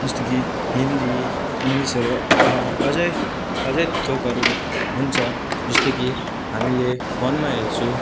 जस्तो कि हिन्दी इङ्लिसहरू अझै अझै थोकहरू हुन्छ जस्तै कि हामीले फोनमा हेर्छु